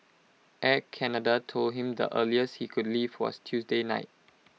Air Canada told him the earliest he could leave was Tuesday night